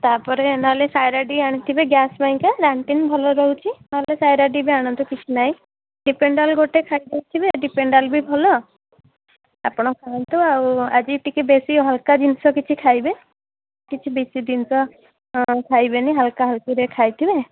ତା'ପରେ ନହେଲେ ସାରେଡ଼ି ଆଣିଥିବେ ଗ୍ୟାସ୍ ପାଇଁକା ରାଣ୍ଟିନ୍ ଭଲ ରହୁଛି ନହେଲେ ସାରେଡ଼ି ବି ଆଣନ୍ତୁ କିଛି ନାହିଁ ଡିପେଣ୍ଡାଲ୍ ଗୋଟେ ଖାଇ ଦେଇଥିବେ ଡିପେଣ୍ଡାଲ୍ ବି ଭଲ ଆପଣ ଖାଆନ୍ତୁ ଆଉ ଆଜି ଟିକେ ବେଶୀ ହାଲ୍କା ଜିନଷ କିଛି ଖାଇବେ କିଛି ବେଶୀ ଜିନଷ ଖାଇବେନି ହାଲ୍କା ହାଲ୍କିରେ ଖାଇଥିବେ